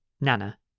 Nana